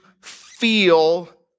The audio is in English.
feel